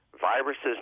viruses